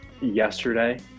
yesterday